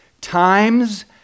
times